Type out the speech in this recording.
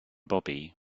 bobby